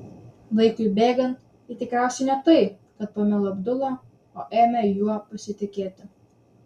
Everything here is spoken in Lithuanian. laikui bėgant ji tikriausiai ne tai kad pamilo abdula o ėmė juo pasitikėti